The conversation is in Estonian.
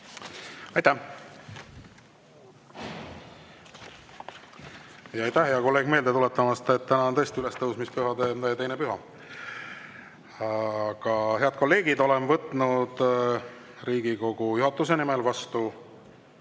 Aitäh! Aitäh, hea kolleeg, meelde tuletamast, et täna on tõesti ülestõusmispühade teine püha! Head kolleegid, olen võtnud Riigikogu juhatuse nimel vastu